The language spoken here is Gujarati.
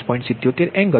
77 એંગલ 116